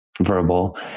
verbal